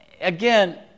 again